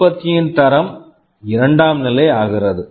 உற்பத்தியின் தரம் இரண்டாம் நிலை ஆகிறது